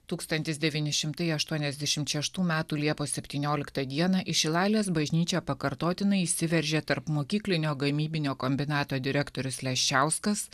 tūkstantis devyni šimtai aštuoniasdešimt šeštų metų liepos septynioliktą dieną į šilalės bažnyčią pakartotinai įsiveržė tarpmokyklinio gamybinio kombinato direktorius leščiauskas